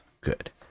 good